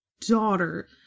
daughter